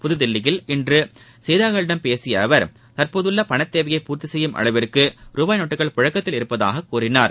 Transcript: புதுதில்லியில் இன்று செய்தியாளர்களிடம் பேசிய அவர் தற்போதுள்ள பணத்தேவையை பூர்த்தி செய்யும் அளவிற்கு ரூபாய் நோட்டுக்கள் புழக்கதில் உள்ளதாக கூறினார்